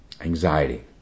Anxiety